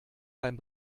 beim